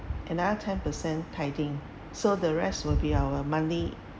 another ten percent tithing so the rest will be our monthly